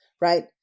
right